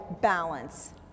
balance